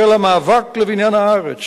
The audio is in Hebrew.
של המאבק לבניין הארץ,